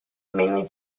mainly